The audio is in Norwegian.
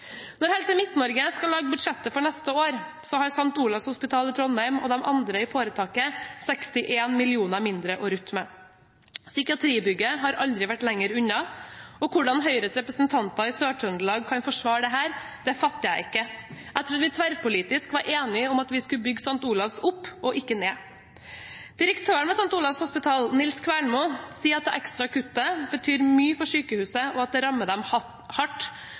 Når Helse Midt-Norge skal lage budsjettet for neste år, har St. Olavs Hospital i Trondheim og de andre i foretaket 61 mill. kr mindre å rutte med. Psykiatribygget har aldri vært lenger unna. Hvordan Høyres representanter i Sør-Trøndelag kan forsvare dette, fatter jeg ikke. Jeg trodde vi tverrpolitisk var enige om å bygge St. Olavs Hospital opp, ikke ned. Direktøren ved St. Olavs Hospital, Nils Kvernmo, sier at det ekstra kuttet betyr mye for sykehuset, og at det rammer dem hardt: